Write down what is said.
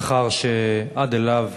השכר שעד אליו